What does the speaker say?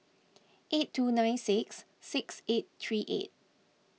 eight two nine six six eight three eight